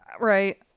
Right